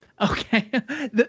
Okay